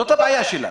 זאת הבעיה שלנו.